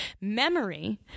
memory